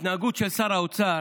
ההתנהגות של שר האוצר,